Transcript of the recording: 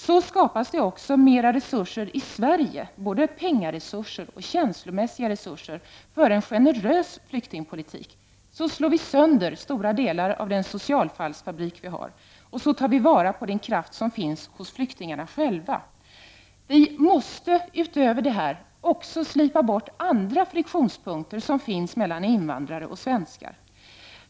Så skapas det också mer resurser i Sverige, både penningresurser och känslomässiga resurser, för en generös flyktingpolitik. Så slår vi sönder stora delar av den socialfallsfabrik vi har. Och så tar vi vara på den kraft som finns hos flyktingarna själva. Vi måste utöver detta också slipa bort andra friktionspunkter som finns mellan invandrare och svenskar.